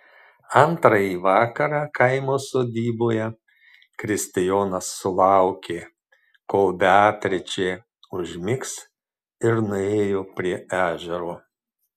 antrąjį vakarą kaimo sodyboje kristijonas sulaukė kol beatričė užmigs ir nuėjo prie ežero